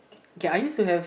kay I used to have